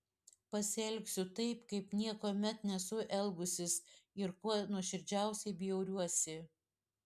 pasielgsiu taip kaip niekuomet nesu elgusis ir kuo nuoširdžiausiai bjauriuosi